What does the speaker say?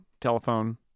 Telephone